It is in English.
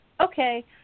okay